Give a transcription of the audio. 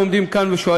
היכן שיש, לא לא, זה לא,